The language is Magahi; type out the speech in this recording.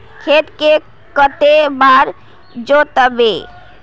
खेत के कते बार जोतबे?